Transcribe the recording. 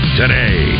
today